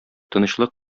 тынычлык